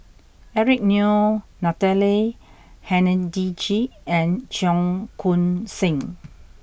Eric Neo Natalie Hennedige and Cheong Koon Seng